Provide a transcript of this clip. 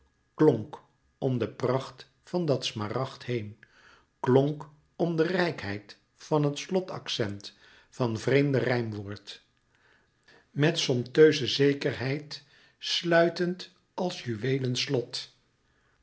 klonk om de pracht van dat smaragd alleen klonk om de rijkheid van het slot accent van vreemde rijmwoord met somptueuze zekerheid sluitend als juweelen slot